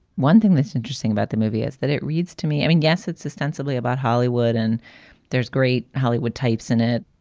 one thing that's interesting about the movie is that it reads to me, i mean, yes, it's ostensibly about hollywood and there's great hollywood types in it.